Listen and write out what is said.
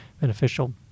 beneficial